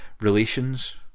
relations